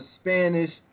Spanish